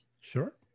sure